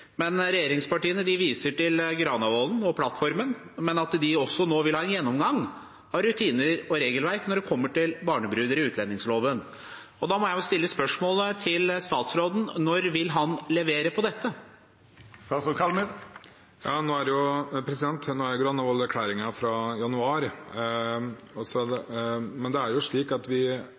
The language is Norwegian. men da gjennom et tillitssamarbeid med utlendingsmyndighetene. Dette sier regjeringspartiene nei til. Regjeringspartiene viser til Granavolden-plattformen, at de nå også vil ha en gjennomgang av rutiner og regelverk i utlendingsloven når det gjelder barnebruder. Da må jeg stille spørsmål til statsråden: Når vil han levere på dette? Nå er Granavolden-plattformen fra januar, men vi følger med på dette området nå. Jeg har nettopp redegjort for Stortinget om at